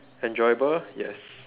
enjoyable yes